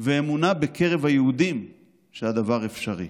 ואמונה בקרב היהודים שהדבר אפשרי.